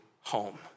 home